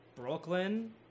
Brooklyn